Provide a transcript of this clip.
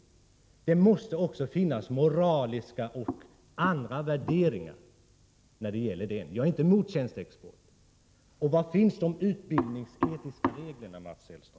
Det måste också finnas moraliska och andra värderingar. Jag är inte mot tjänsteexport, men var finns de utbildningsetiska reglerna, Mats Hellström?